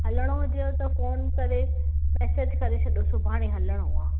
हलिणो हुजे त फ़ोन करे मैसेज करे छॾो सुभाणे हलिणो आहे